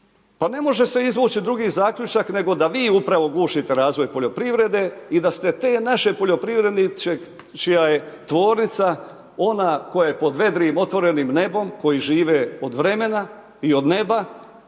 pa ne može se izvući drugi zaključak nego da vi upravo gušite razvoj poljoprivrede i da ste te naše poljoprivrednike čija je tvornica ona koja je pod vedrim otvorenim nebom, koji žive od vremena i od neba,